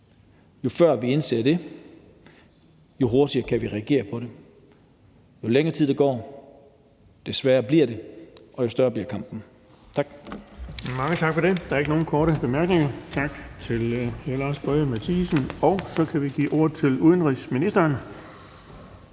Jo før vi indser det, jo hurtigere kan vi reagere på det. Jo længere tid der går, jo sværere bliver det, og jo større bliver kampen. Tak.